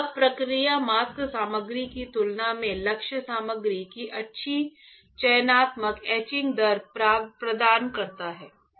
अब प्रक्रिया मास्क सामग्री की तुलना में लक्ष्य सामग्री की अच्छी चयनात्मकता एचिंग दर प्रदान करती है